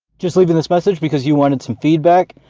just leaving this message because you wanted some feedback.